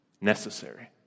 necessary